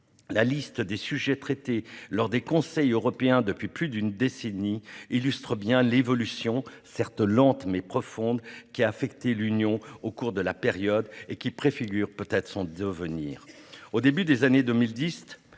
la liste des sujets traités lors des Conseils européens depuis plus d'une décennie illustre bien l'évolution, certes lente, mais profonde, qui a affecté l'Union européenne au cours de la période et qui préfigure peut-être son devenir. Au début des années 2010,